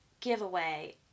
giveaway